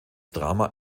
drama